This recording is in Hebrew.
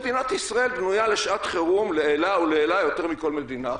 מדינת ישראל בנויה לשעת חירום לעילא ולעילא יותר מכל מדינה אחרת,